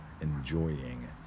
enjoying